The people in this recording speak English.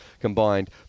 combined